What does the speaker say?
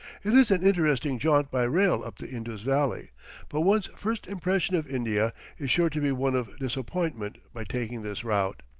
it is an interesting jaunt by rail up the indus valley but one's first impression of india is sure to be one of disappointment by taking this route.